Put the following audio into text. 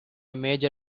major